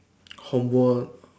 homework